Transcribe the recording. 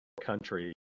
country